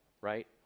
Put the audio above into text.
right